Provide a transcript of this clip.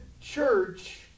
church